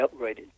upgraded